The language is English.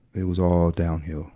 it was all downhill